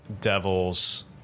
devils